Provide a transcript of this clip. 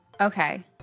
Okay